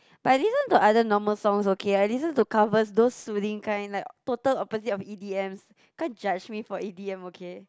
but I listen to other normal songs okay I listen to covers those soothing kind like total opposite of E_D_Ms you can't judge me for E_D_M okay